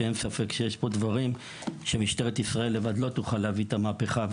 שאין ספק שמשטרת ישראל לבד לא תוכל להביא את המהפכה,